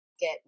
get